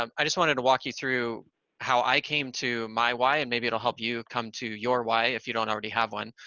um i just wanted to walk you through how i came to my why, and maybe it'll help you come to your why, if you don't already have one,